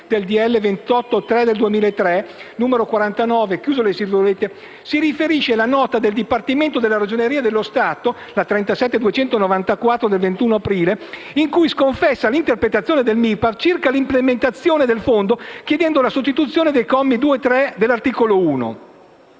del 28 marzo 2003, n. 49», si riferisce la nota del dipartimento della Ragioneria dello Stato n. 37294 del 21 aprile 2016, in cui si sconfessa l'interpretazione del MIPAAF circa l'implementazione del fondo chiedendo la sostituzione dei commi 2 e 3 dell'articolo 1.